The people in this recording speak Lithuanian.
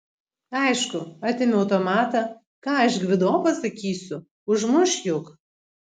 aišku atėmė automatą ką aš gvido pasakysiu užmuš juk